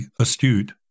astute